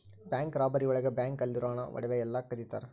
bank robbery ಒಳಗ bank ಅಲ್ಲಿರೋ ಹಣ ಒಡವೆ ಎಲ್ಲ ಕದಿತರ